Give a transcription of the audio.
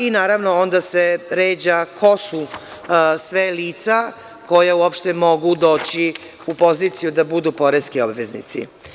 I naravno, onda se ređa ko su sve lica koja uopšte mogu doći u poziciju da budu poreski obveznici.